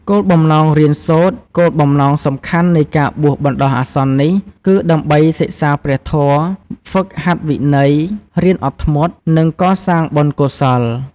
គោលបំណងរៀនសូត្រ គោលបំណងសំខាន់នៃការបួសបណ្ដោះអាសន្ននេះ គឺដើម្បីសិក្សាព្រះធម៌ ហ្វឹកហាត់វិន័យ រៀនអត់ធ្មត់ និងកសាងបុណ្យកុសល។